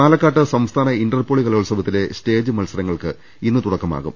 പാലക്കാട്ട് സംസ്ഥാന inter poly കലോത്സവത്തിലെ സ്റ്റേജ് മത്സരങ്ങൾക്ക് ഇന്ന് തുടക്കമാകും